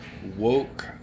woke